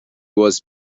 was